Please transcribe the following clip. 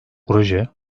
proje